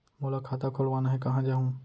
मोला खाता खोलवाना हे, कहाँ जाहूँ?